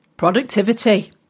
Productivity